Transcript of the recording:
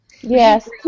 Yes